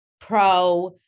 pro